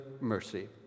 mercy